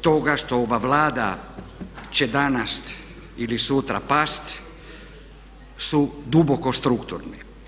toga što ova Vlada će danas ili sutra pasti su duboko strukturni.